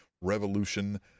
revolution